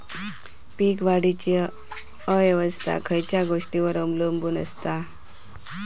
पीक वाढीची अवस्था खयच्या गोष्टींवर अवलंबून असता?